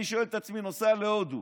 אני שואל את עצמי: נוסע להודו,